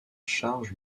charge